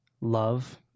love